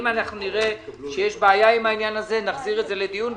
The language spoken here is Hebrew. אם נראה שיש בעיה אתה, נחזיר את זה לדיון.